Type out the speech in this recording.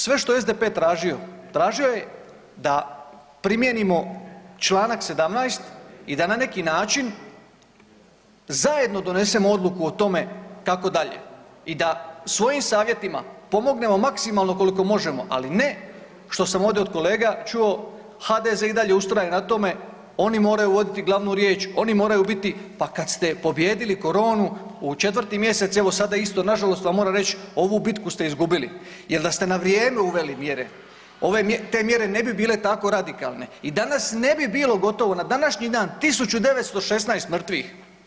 Sve što je SDP tražio, tražio je da primijenimo čl. 17. i da na neki način zajedno donesemo odluku o tome kako dalje i da svojim savjetima pomognemo maksimalno koliko možemo, ali ne što sam ovdje od kolega čuo, HDZ i dalje ustraje na tome oni moraju voditi glavnu riječ, oni moraju biti, pa kad ste pobijedili koronu u 4. mjesec evo sada isto nažalost vam moram reći, ovu bitku ste izgubili jer da ste na vrijeme uveli mjere, te mjere ne bi bile tako radikalne i danas ne bi bilo gotovo na današnji dan 1916 mrtvih.